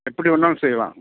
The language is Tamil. எப்படி வேணாலும் செய்யலாங்க